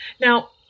Now